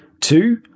two